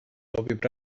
sobib